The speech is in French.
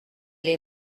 les